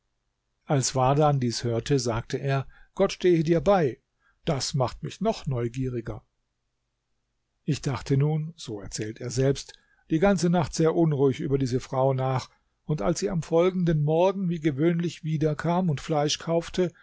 als wardan dies hörte sagte er gott stehe dir bei das machte mich noch neugieriger ich dachte nun so erzählt er selbst die ganze nacht sehr unruhig über diese frau nach und als sie am folgenden morgen wie gewöhnlich wiederkam und fleisch kaufte